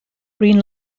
green